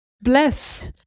Bless